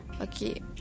Okay